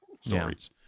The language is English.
stories